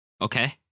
Okay